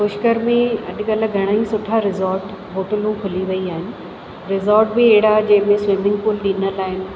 पुष्कर में अॼुकल्ह घणा ई सुठा रिज़ार्ट होटलूं खुली वई आहिनि रिज़ार्ट बि अहिड़ा जंहिंमें स्विमिंग पूल ॾिनल आहिनि